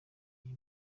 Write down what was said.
iyi